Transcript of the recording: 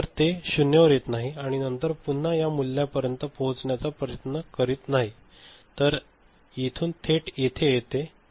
तर ते 0 वर येत नाही आणि नंतर पुन्हा या मूल्यापर्यंत पोहोचण्याचा प्रयत्न करीत नाही तर येथून थेट इथे येत आहे